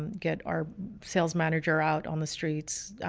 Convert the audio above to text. get our sales manager out on the streets,